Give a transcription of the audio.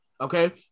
okay